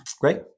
Great